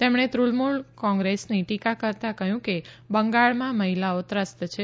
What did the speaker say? તેમણે તૃણમુલ કોંગ્રેસની ટીકા કરતાં કહ્યું કે બંગાળમાં મહિલાઓ ત્રસ્ત છે